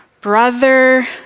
brother